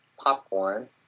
popcorn